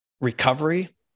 recovery